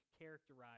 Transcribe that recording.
characterize